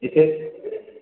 एसे